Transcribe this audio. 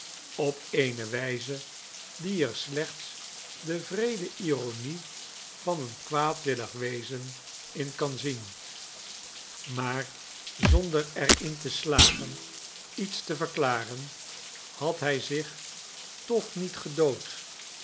op eene wijze die er slechts de wreede ironie van een kwaadwillig wezen in kan zien maar zonder er in te slagen iets te verklaren had hij zich toch niet gedood